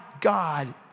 God